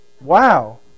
Wow